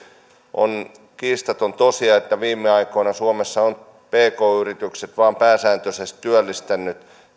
on kiistaton tosiasia että viime aikoina suomessa ovat pk yritykset vain pääsääntöisesti työllistäneet